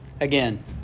again